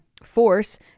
force